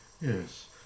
Yes